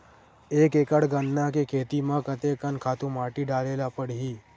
एक एकड़ गन्ना के खेती म कते कन खातु माटी डाले ल पड़ही?